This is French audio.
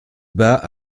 bas